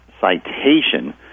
citation